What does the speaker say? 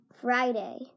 Friday